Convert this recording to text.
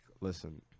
Listen